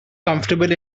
comfortable